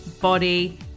body